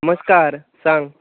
नमस्कार सांग